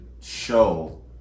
show